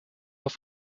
auf